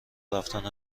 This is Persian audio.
رفتن